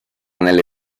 nelle